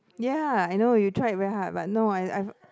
ya I know you tried very hard but no I I've